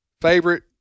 favorite